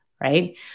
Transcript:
right